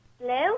Blue